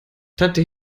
tante